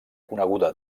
coneguda